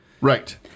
Right